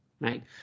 right